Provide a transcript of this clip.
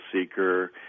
seeker